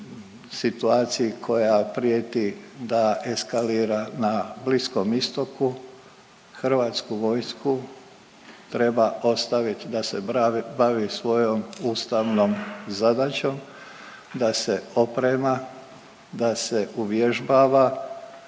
situaciji koja prijeti da eskalira na Bliskom Istoku, HV treba ostavit da se bavi svojom ustavnom zadaćom, da se oprema, da se uvježbava